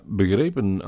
begrepen